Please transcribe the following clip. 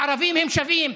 הערבים הם שווים.